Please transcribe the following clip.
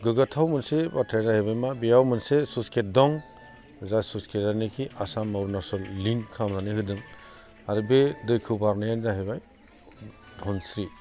गोग्गाथाव मोनसे बाथ्रायाजाहैबाय मा बेयाव मोनसे स्लुइस गेट दं जाय स्लुइस गेटआनाखि आसाम अरुनाचल लिंक खालामनानै होदों आरो बे दैखौ बारनायानो जाहैबाय धोनस्रि